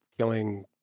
killing